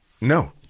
No